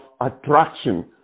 attraction